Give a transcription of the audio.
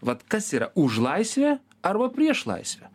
vat kas yra už laisvę arba prieš laisvę